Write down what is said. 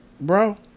bro